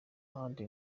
ahandi